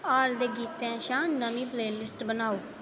हाल दे गीतें शा नमीं प्लेलिस्ट बनाओ